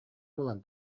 буолан